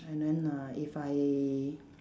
and then uh if I